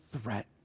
threat